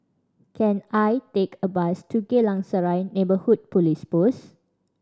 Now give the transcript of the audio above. can I take a bus to Geylang Serai Neighbourhood Police Post